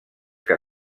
que